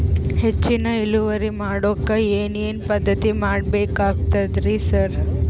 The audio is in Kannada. ಹೆಚ್ಚಿನ್ ಇಳುವರಿ ಮಾಡೋಕ್ ಏನ್ ಏನ್ ಪದ್ಧತಿ ಮಾಡಬೇಕಾಗ್ತದ್ರಿ ಸರ್?